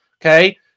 Okay